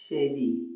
ശരി